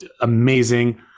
amazing